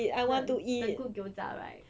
the the good gyoza right